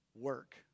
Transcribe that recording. work